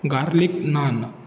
garlic naan